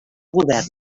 govern